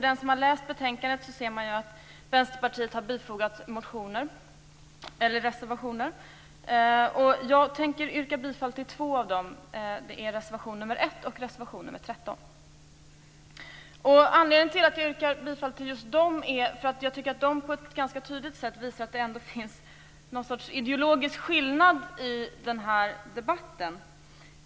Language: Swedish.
Den som har läst betänkandet har sett att Vänsterpartiet har bifogat reservationer. Jag tänker yrka bifall till två av dem. Det är reservation nr 1 och reservation nr 13. Anledning till att jag just yrkar bifall till dem är att de på ett ganska tydligt sätt visar att det ändå finns någon sort ideologisk skillnad i den här debatten.